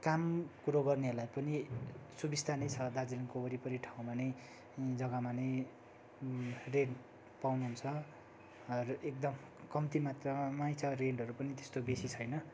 कामकुरो गर्नेहरूलाई पनि सुविस्ता नै छ दार्जिलिङको वरिपरि ठाउँमा नै जग्गामा नै रेन्ट पाउनुहुन्छ र एकदम कम्ती मात्रामा मै छ रेन्टहरू पनि त्यस्तो बेसी छैन